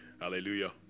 Hallelujah